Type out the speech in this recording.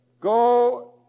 Go